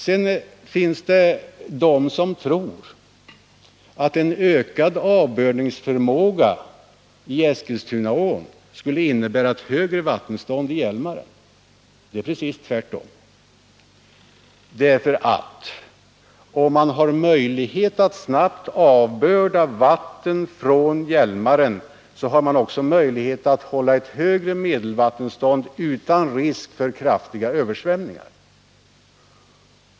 Sedan finns det de som tror att en ökad avbördningsförmåga i Eskilstunaån Nr 148 skulle innebära ett högre vattenstånd i Hjälmaren. Det är precis tvärtom. Onsdagen den Om man har möjlighet att snabbt avbörda vatten från Hjälmaren, har man 21 maj 1980 också möjlighet att hålla ett högre medelvattenstånd utan risk för kraftiga översvämningar.